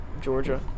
Georgia